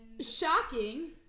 shocking